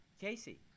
Casey